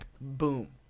Boom